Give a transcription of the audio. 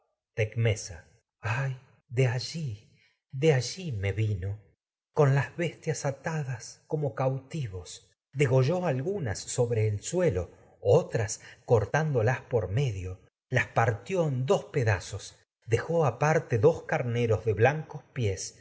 de allí de allí me vino con las bestias atadas cautivos degolló algunas sobre el medie las partió en suelo otras cortándolas aparte por dos pedazos dejó cortó a uno dos y carneros de blancos pies